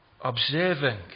observing